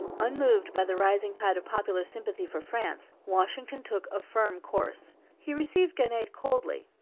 unmoved by the rising tide of popular sympathy for france, washington took a firm course. he received genet coldly.